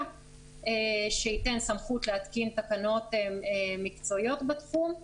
שייתן סמכות להתקין תקנות מקצועיות בתחום.